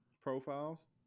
profiles